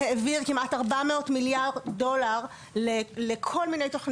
שהעביר כמעט 400 מיליארד דולר לתוכניות